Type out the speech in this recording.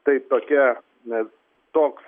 taip tokia nes toks